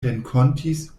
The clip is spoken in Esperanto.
renkontis